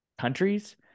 countries